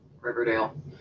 Riverdale